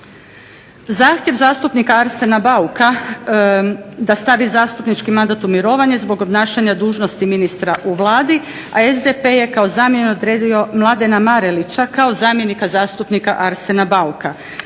Zahtjev zastupnika Arsena Bauka da stavlja svoj mandat u mirovanje zbog obnašanja dužnosti ministra u Vladi Republike Hrvatske a SDP je kao zamjenu odredila Mladena Marelića kao zamjenika zastupnika Arsena Bauka,